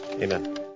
Amen